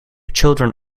children